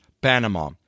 Panama